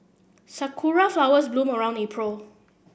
Sakura flowers bloom around April